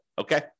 Okay